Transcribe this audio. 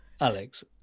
Alex